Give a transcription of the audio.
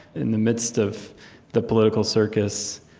in the midst of the political circus,